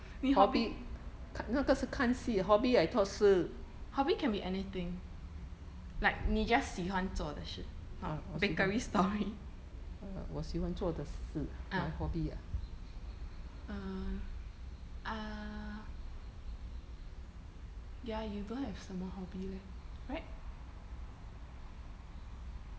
你 hobby hobby can be anything like 你 just 喜欢做的事 bakery story ah err uh ya you don't have 什么 hobby leh